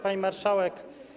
Pani Marszałek!